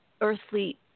earthly